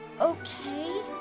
Okay